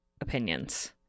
opinions